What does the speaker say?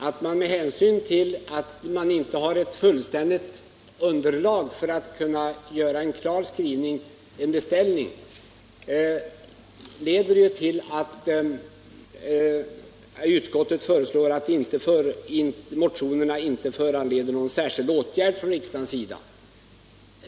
Att utskottet inte har ett fullständigt underlag för att kunna göra en klar skrivning, en beställning, leder ju till att utskottet föreslår att motionerna inte föranleder någon särskild åtgärd från riksdagens sida.